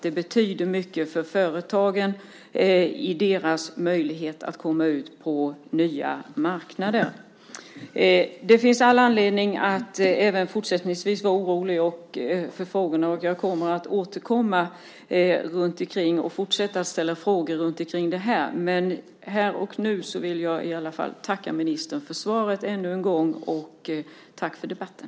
Det betyder mycket för företagen i deras möjlighet att komma ut på nya marknader. Det finns all anledning att även fortsättningsvis vara orolig för frågorna, och jag kommer att återkomma och fortsätta att ställa frågor runtomkring det här. Här och nu vill jag i alla fall tacka ministern för svaret ännu en gång. Tack för debatten!